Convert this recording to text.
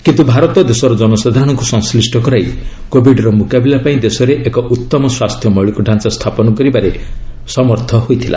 କିନ୍ତୁ ଭାରତ ଦେଶର ଜନସାଧାରଣଙ୍କୁ ସଂଶ୍ଳୀଷ୍ଟ କରାଇ କୋବିଡ୍ର ମୁକାବିଲା ପାଇଁ ଦେଶରେ ଏକ ଉତ୍ତମ ସ୍ୱାସ୍ଥ୍ୟ ମୌଳିକ ଢାଞ୍ଚା ସ୍ଥାପନ କରିବାରେ ସମର୍ଥ ହୋଇଥିଲା